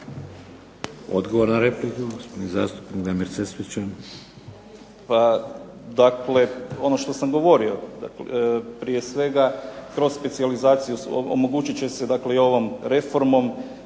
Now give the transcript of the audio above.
Odgovor na repliku zastupnik Damir Sesvečan.